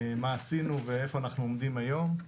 מה עשינו ואיפה אנחנו עומדים היום,